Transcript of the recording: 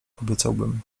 obiecałbym